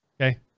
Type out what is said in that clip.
Okay